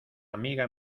amiga